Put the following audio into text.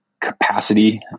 capacity